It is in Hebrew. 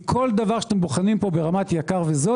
כי כל דבר שאתם בוחנים פה ברמת יקר וזול